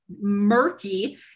murky